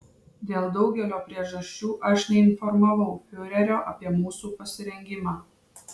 dėl daugelio priežasčių aš neinformavau fiurerio apie mūsų pasirengimą